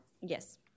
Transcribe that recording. yes